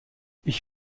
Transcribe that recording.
ich